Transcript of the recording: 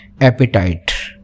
appetite